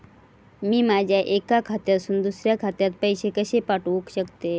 मी माझ्या एक्या खात्यासून दुसऱ्या खात्यात पैसे कशे पाठउक शकतय?